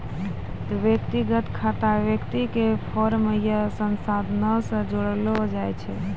व्यक्तिगत खाता व्यक्ति के फर्म या संस्थानो से जोड़लो जाय छै